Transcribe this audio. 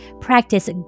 Practice